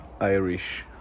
Irish